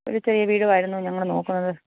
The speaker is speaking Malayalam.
ഒരു ചെറിയ വീടും ആയിരുന്നു ഞങ്ങൾ നോക്കുന്നത്